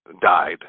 died